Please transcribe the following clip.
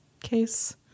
case